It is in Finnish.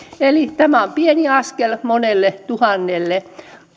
tämä on pieni askel monelle tuhannelle